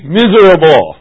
miserable